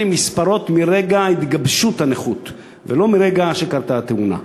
נספרות מרגע התגבשות הנכות ולא מרגע קרות התאונה.